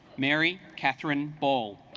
mary catherine ball